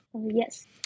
Yes